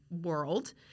world